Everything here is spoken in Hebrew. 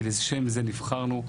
כי לשם זה נבחרנו.